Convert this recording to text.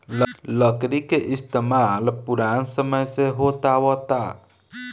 लकड़ी के इस्तमाल पुरान समय से होत आवता